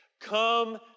Come